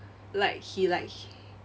like he like